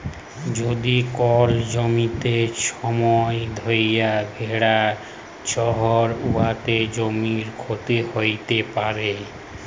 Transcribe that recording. যদি কল জ্যমিতে ছময় ধ্যইরে ভেড়া চরহে উয়াতে জ্যমির ক্ষতি হ্যইতে পারে